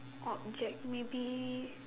object maybe